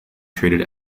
treated